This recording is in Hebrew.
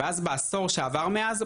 ואז בעשור שעבר מאז,